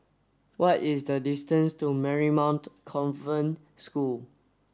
what is the distance to Marymount Convent School